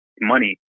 money